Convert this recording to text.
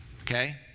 okay